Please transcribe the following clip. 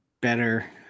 better